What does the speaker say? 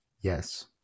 yes